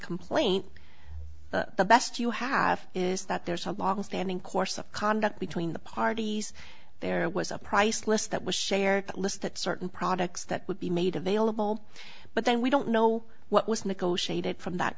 complaint the best you have is that there's a longstanding course of conduct between the parties there was a price list that was shared list that certain products that would be made available but then we don't know what was negotiated from that